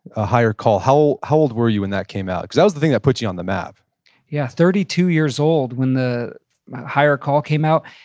a higher call. how how old were you when that came out? cause that was the thing that put you on the map yeah. thirty two years old when a higher call came out.